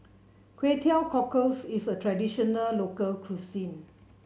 Kway Teow Cockles is a traditional local cuisine